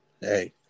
hey